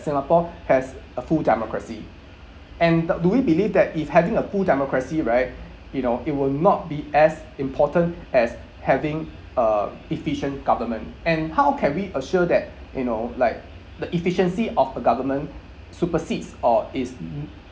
singapore has a full democracy and d~ do we believe that if having a full democracy right you know it will not be as important as having a efficient government and how can we assure that you know like the efficiency of the government supersedes or is mm